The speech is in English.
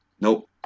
Nope